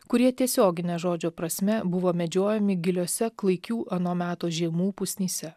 kurie tiesiogine žodžio prasme buvo medžiojami giliose klaikių ano meto žiemų pusnyse